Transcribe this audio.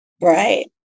Right